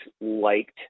liked